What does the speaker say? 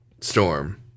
storm